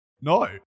no